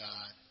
God